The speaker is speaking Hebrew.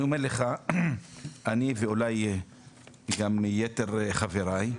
אני אומר לך שאני ואולי גם יתר חבריי,